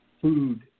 food